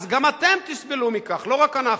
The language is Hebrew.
גם אתם תסבלו מכך ולא רק אנחנו.